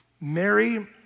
Mary